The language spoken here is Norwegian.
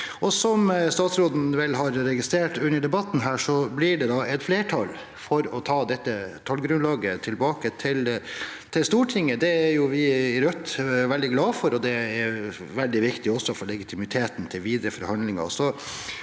Som statsråden vel har registrert under debatten her, blir det et flertall for å ta dette tallgrunnlaget tilbake til Stortinget. Det er vi i Rødt veldig glad for, og det er veldig viktig også for legitimiteten til videre forhandlinger.